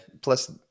plus